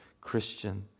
Christian